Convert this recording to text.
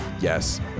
yes